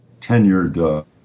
tenured